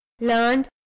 learned